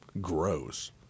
gross